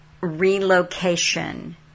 relocation